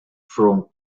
frome